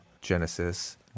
Genesis